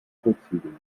kotflügeln